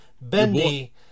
Bendy